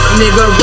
nigga